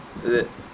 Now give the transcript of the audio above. is it